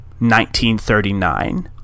1939